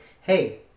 Hey